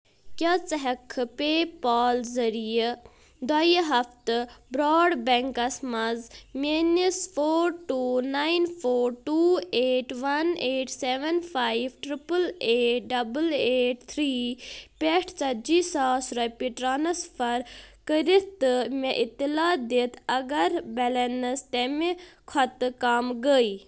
کیٛاہ ژٕ ہٮ۪ککھٕ پے پال ذٔریعہٕ دۄیہِ ہفتہِ بروڈ بیٚنٛکَس منٛز میٲنِس four two nine four two eight one eight seven five triple eight double eight three پٮ۪ٹھ ژَتجِہہ ساس رۄپیہِ ٹرانسفر کٔرِتھ تہٕ مےٚ اطلاع دِتھ اگر بیلنس تَمہِ کھۄتہٕ کم گٔے؟